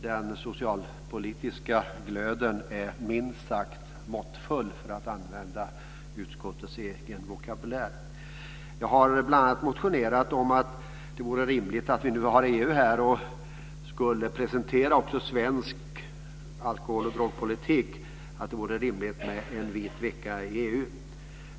Den socialpolitiska glöden är minst sagt måttfull, för att använda utskottets egen vokabulär. Jag har bl.a. motionerat om att det, när vi nu har EU här och skulle presentera också svensk alkoholoch drogpolitik, vore rimligt med en vit vecka i EU.